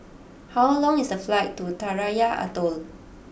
how long is the flight to Tarawa Atoll